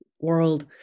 world